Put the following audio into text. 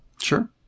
Sure